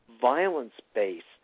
violence-based